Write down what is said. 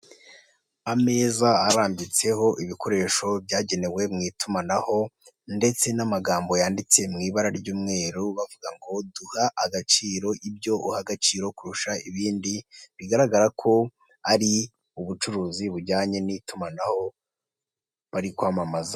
Ameza arambitseho ibikoresho byagenewe mu itumanaho ndetse n'amagambo yanditse mu ibara ry'umweru, bavuga ngo duha agaciro ibyo uha agaciro kurusha ibindi, bigaragara ko ari ubucuruzi bujyanye n'itumanaho bari kwamamaza.